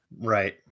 Right